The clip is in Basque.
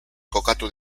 kokatu